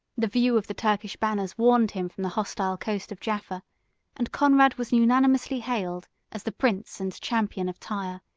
the view of the turkish banners warned him from the hostile coast of jaffa and conrad was unanimously hailed as the prince and champion of tyre,